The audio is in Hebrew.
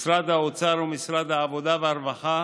משרד האוצר ומשרד העבודה והרווחה